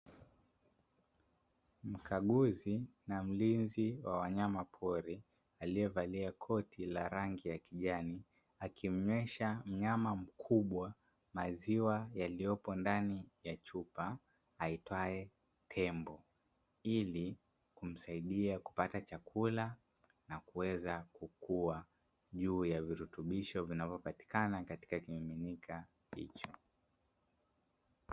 Mkaguzi na mlinzi wa wanyama pori aliyevaa koti la rangi ya kijani, akimlisha nyama mkubwa maziwa yaliyoko ndani ya chupa aitwaye (tembo), ili kumsaidia kupata chakula na kuweza kukua juu ya virutubisho vinavyopatikana katika kimiminika hicho.